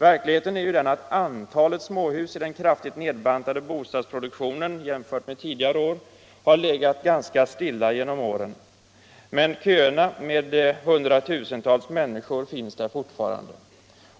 Verkligheten är ju den att antalet småhus i den på senare tid kraftigt nedbantade bostadsproduktionen har legat ganska stilla genom åren. Men köerna med hundratusentals människor finns där fortfarande.